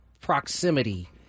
proximity